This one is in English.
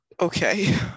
Okay